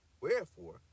Wherefore